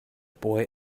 boy